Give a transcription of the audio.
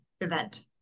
event